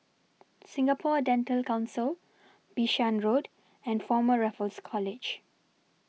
Singapore Dental Council Bishan Road and Former Raffles College